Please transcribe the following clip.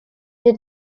did